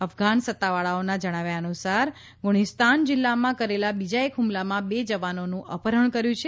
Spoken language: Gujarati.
અફઘાન સત્તાવાળાઓના જણાવ્યા અનુસાર ગ્રુણીસ્તાન જિલ્લામાં કરેલા બીજા એક હુમલામાં બે જવાનોનું અપહરણ કર્યું છે